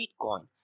bitcoin